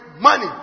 money